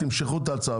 תמשכו את ההצעה,